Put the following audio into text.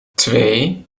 twee